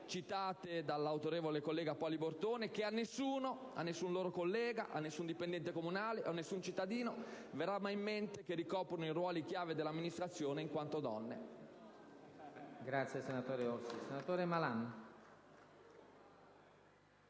citate dall'autorevole collega Poli Bortone, per il fatto che a nessun loro collega, dipendente comunale, cittadino, verrà mai in mente che ricoprono ruoli chiave dell'amministrazione in quanto donne.